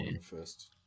first